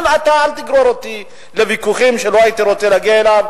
אתה אל תגרור אותי לוויכוחים שלא הייתי רוצה להגיע אליהם.